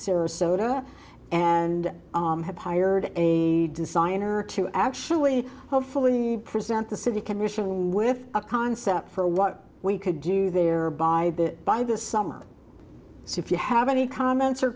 sarasota and have hired a designer to actually hopefully present the city commission with a concept for what we could do there by the by this summer so if you have any comments or